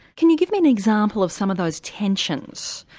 can you give me an example of some of those tensions?